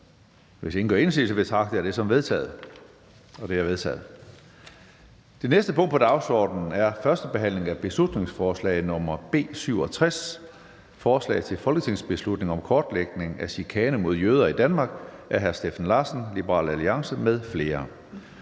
Hvis ingen gør indsigelse, betragter jeg dette som vedtaget. Det er vedtaget. --- Det næste punkt på dagsordenen er: 5) 1. behandling af beslutningsforslag nr. B 67: Forslag til folketingsbeslutning om kortlægning af chikane mod jøder i Danmark. Af Steffen Larsen (LA) m.fl.